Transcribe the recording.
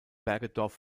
bergedorf